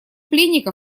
пленника